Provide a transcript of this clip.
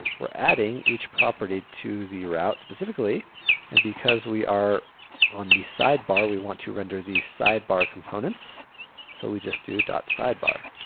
we're adding each property to the route specifically and because we are on the sidebar we want to render these sidebar components so we just do dot-sidebar.